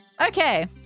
Okay